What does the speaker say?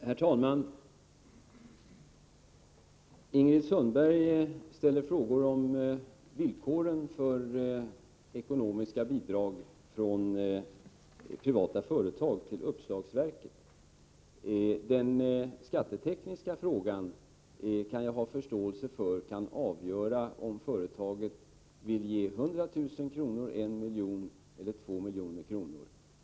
Herr talman! Ingrid Sundberg ställde frågor om villkoren för ekonomiska bidrag från privata företag till uppslagsverket. Jag kan förstå att det kan vara skattetekniskt avgörande om företaget vill ge 100 000 kr., 1 milj.kr. eller 2 milj.kr.